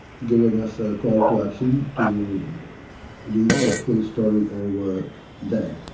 giving us a call to action to read the full story over there.